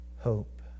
Hope